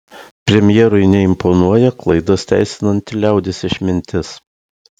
premjerui neimponuoja klaidas teisinanti liaudies išmintis